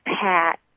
Pat